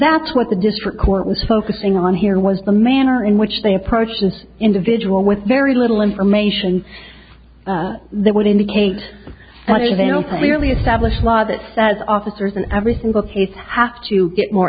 that's what the district court was focusing on here was the manner in which they approached this individual with very little information that would indicate what avail to really establish law that says officers in every single case have to get more